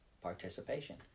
participation